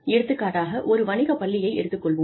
எடுத்துக்காட்டாக ஒரு வணிகப் பள்ளியை எடுத்துக் கொள்வோம்